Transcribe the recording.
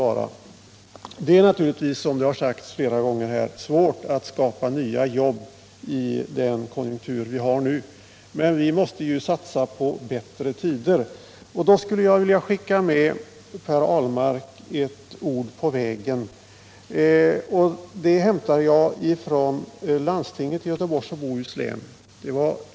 Som det har sagts här flera gånger är det naturligtvis svårt att skapa nya jobb i den konjunktur vi f. n. har. Men vi måste ju satsa på bättre tider. I det sammanhanget skulle jag vilja skicka med Per Ahlmark ett ord på vägen. Det hämtar jag från landstinget i Göteborgs och Bohus län.